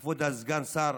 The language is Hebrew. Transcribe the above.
כבוד סגן השר